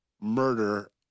murder